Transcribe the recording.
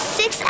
six